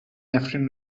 نفرین